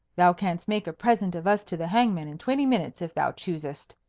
thou canst make a present of us to the hangman in twenty minutes if thou choosest,